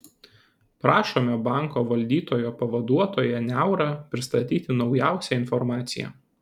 prašome banko valdytojo pavaduotoją niaurą pristatyti naujausią informaciją